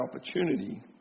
opportunity